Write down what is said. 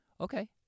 Okay